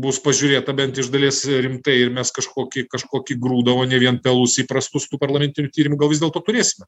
bus pažiūrėta bent iš dalies rimtai ir mes kažkokį kažkokį grūdą o ne vien pelus įprastus tų parlamentinių tyrimų gal vis dėlto turėsime